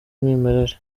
umwimerere